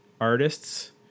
artists